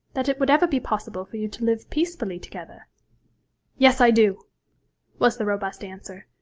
that it would ever be possible for you to live peacefully together yes, i do was the robust answer.